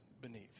beneath